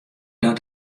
dat